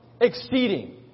exceeding